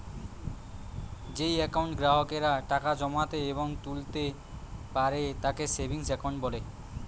যেই একাউন্টে গ্রাহকেরা টাকা জমাতে এবং তুলতা পারে তাকে সেভিংস একাউন্ট বলে